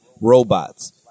robots